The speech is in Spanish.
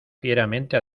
fieramente